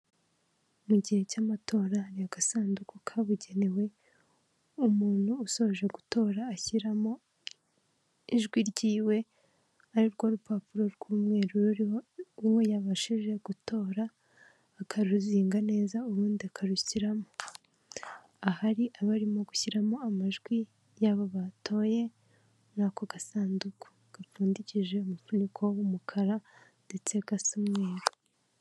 Mu gihe cy'amatora hari agasanduku kabugenewe umuntu usoje gutora ashyiramo ijwi ryiwe ari rwo rupapuro rw'umweru ruriho uwo yabashije gutora, akaruzinga neza ubundi akarushyiramo. Ahari abarimo gushyiramo amajwi yaba batoye muri ako gasanduku gapfundikije umufuniko w'umukara ndetse gasa umweru.